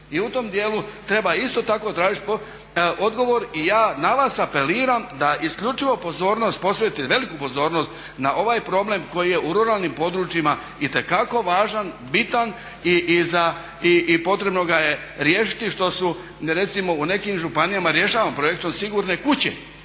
i u tom dijelu treba isto tako tražit odgovor i ja na vas apeliram da isključivo pozornost posvetite, veliku pozornost na ovaj problem koji je u ruralnim područjima itekako važan, bitan i potrebno ga je riješiti što recimo u nekim županijama rješavamo projektom sigurne kuće,